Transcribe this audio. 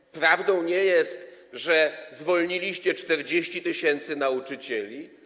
Czyż prawdą nie jest, że zwolniliście 40 tys. nauczycieli?